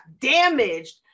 damaged